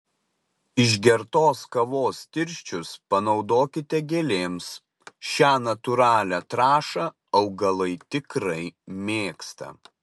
išgertos kavos tirščius panaudokite gėlėms šią natūralią trąšą augalai tikrai mėgsta